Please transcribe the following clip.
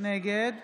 נגד